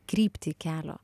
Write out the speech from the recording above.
kryptį kelio